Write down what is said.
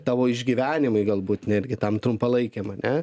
tavo išgyvenimui galbūt netgi tam trumpalaikiam ane